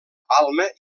palma